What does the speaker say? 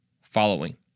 following